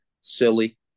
silly